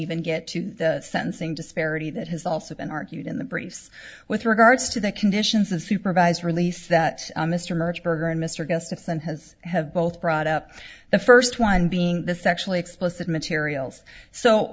even get to the sentencing disparity that has also been argued in the briefs with regards to the conditions of supervised release that mr march berger and mr gustafson has have both brought up the first one being the sexually explicit materials so